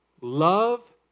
Love